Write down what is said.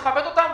אני מכבד אותם,